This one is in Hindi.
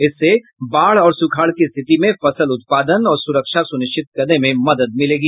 इससे बाढ़ और सुखाड़ की स्थिति में फसल उत्पादन और सुरक्षा सुनिश्चित करने में मदद मिलेगी